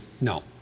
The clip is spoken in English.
No